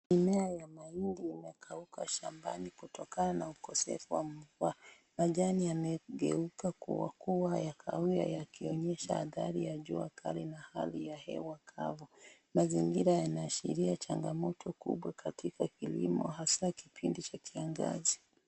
Mimea ya mahindi imekauka shambani kutokana na ukosefu wa mvua, majani yamegeuka kuwa ya kahawia yakionyesha athari za jua kali na hali ya hewa kavu, mazingira yana ashiria changamoto kubwa katika kilimo hasaa kipindi cha kiangazi.